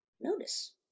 notice